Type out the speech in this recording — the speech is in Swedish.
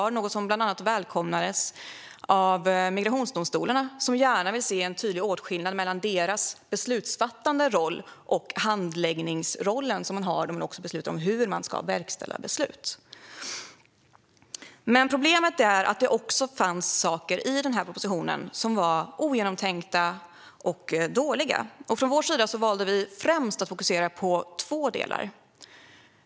Det är något som bland annat välkomnades av migrationsdomstolarna, som gärna vill se en tydlig åtskillnad mellan deras beslutsfattande roll och den handläggningsroll som man har då man beslutar om hur man ska verkställa beslut. Men problemet är att det också fanns saker i denna proposition som var ogenomtänkta och dåliga. Från vår sida valde vi främst att fokusera på två delar.